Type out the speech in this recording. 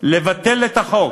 לבטל את החוק.